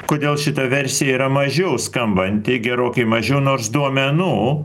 kodėl šita versija yra mažiau skambanti gerokai mažiau nors duomenų